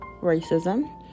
racism